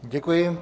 Děkuji.